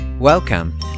Welcome